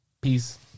peace